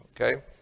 Okay